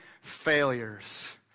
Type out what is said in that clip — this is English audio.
failures